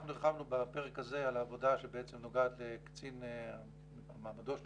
אנחנו הרחבנו בפרק הזה על העבודה שבעצם נוגעת למעמדו של